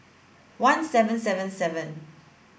one seven seven seven